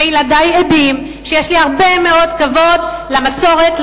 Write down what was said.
וילדי עדים שיש לי הרבה מאוד כבוד למסורת,